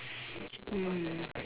mm